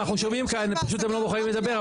הם פשוט לא מוכנים לדבר,